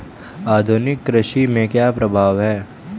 आधुनिक कृषि के क्या प्रभाव हैं?